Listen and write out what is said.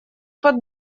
под